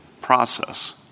process